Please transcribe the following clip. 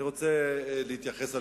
אני רוצה להתייחס,